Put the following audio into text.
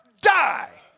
die